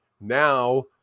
Now